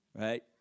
right